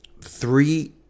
three